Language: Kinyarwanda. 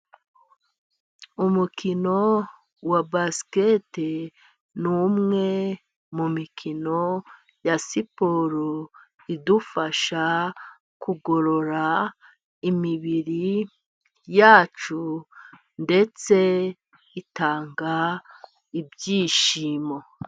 Umukino wa basikete ni umwe mumikino ya siporo idufasha kugorora imibiri yacu, ndetse itanga ibyishimo.